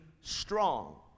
strong